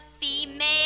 female